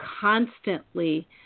constantly